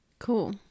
Cool